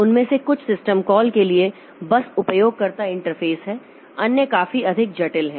उनमें से कुछ सिस्टम कॉल के लिए बस उपयोगकर्ता इंटरफेस हैं अन्य काफी अधिक जटिल हैं